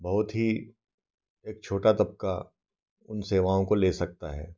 बहुत ही एक छोटा तबका इन सेवाओं को ले सकता है